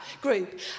group